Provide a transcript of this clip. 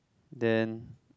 then